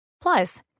Plus